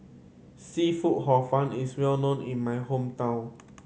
seafood Hor Fun is well known in my hometown